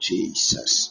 Jesus